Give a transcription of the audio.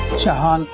shahan